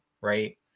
right